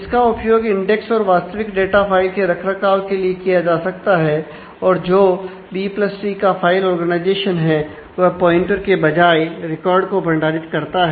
इसका उपयोग इंडेक्स और वास्तविक डाटा फाइल के रखरखाव के लिए किया जा सकता है और जो बी प्लस ट्री का फाइल ऑर्गेनाइजेशन है वह प्वाइंटर के बजाय रिकॉर्ड को भंडारित करता हैं